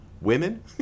Women